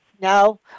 No